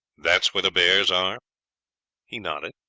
that's where the bears are he nodded.